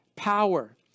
Power